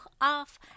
off